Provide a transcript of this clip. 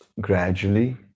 gradually